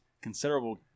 considerable